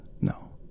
no